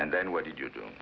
and then what did you